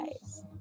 guys